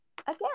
again